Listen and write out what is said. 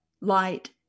light